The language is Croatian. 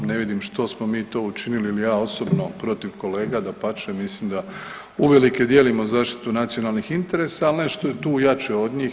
Ne vidim što smo mi to učinili ili ja osobno protiv kolega, dapače mislim da uvelike dijelimo zaštitu nacionalnih interesa, ali nešto je tu jače od njih.